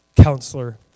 counselor